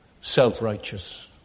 self-righteous